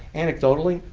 anecdotally,